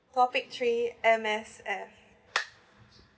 topic three M_S_F